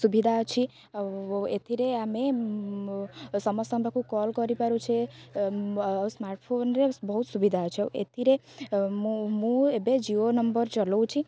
ସୁବିଧା ଅଛି ଆଉ ଏଥିରେ ଆମେ ସମସ୍ତଙ୍କ ପାଖକୁ କଲ୍ କରିପାରୁଛେ ସ୍ମାର୍ଟ୍ ଫୋନ୍ରେ ବହୁତ ସୁବିଧା ଅଛି ଆଉ ଏଥିରେ ମୁଁ ମୁଁ ଏବେ ଜିଓ ନମ୍ବର୍ ଚଲାଉଛି